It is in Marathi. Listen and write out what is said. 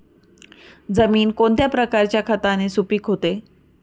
जमीन कोणत्या प्रकारच्या खताने सुपिक होते?